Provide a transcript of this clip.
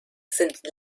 sind